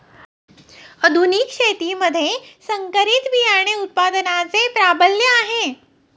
आधुनिक शेतीमध्ये संकरित बियाणे उत्पादनाचे प्राबल्य आहे